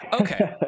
Okay